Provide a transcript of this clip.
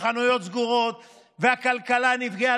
אנחנו רק יודעים שהחנויות סגורות והכלכלה נפגעה,